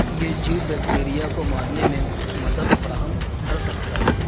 یہ جیو بیکٹیریا کو مارنے میں مدد فراہم کر سکتا ہے